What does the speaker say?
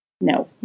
No